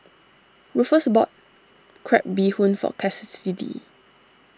Rufus bought Crab Bee Hoon for Cassidy